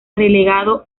relegado